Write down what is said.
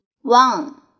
one